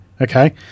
okay